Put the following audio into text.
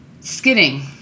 Skidding